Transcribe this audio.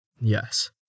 Yes